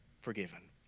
forgiven